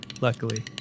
luckily